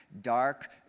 dark